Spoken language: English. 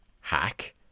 Hack